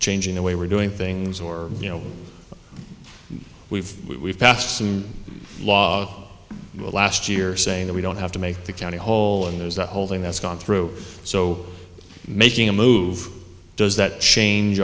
changing the way we're doing things or you know we've we've passed some law last year saying that we don't have to make the county whole and there's a whole thing that's gone through so making a move does that change